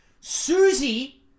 Susie